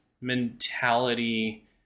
mentality